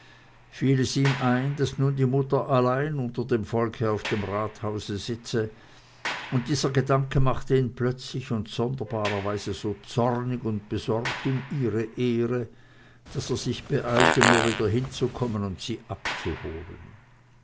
fiel es ihm ein daß nun die mutter allein unter dem volke auf dem rathause sitze und dieser gedanke machte ihm plötzlich und sonderbarerweise so zornig und besorgt um ihre ehre daß er sich beeilte nur wieder hinzukommen und sie abzuholen